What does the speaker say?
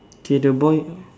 okay the boy